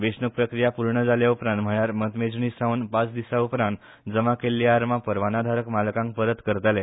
वेंचणूक प्रक्रिया पूर्ण जालें उपरांत म्हळयार मतमेजणी सावन पाच दिसा उपरांत जमा केल्ली आर्मां परवानाधारक मालकांक परत करतले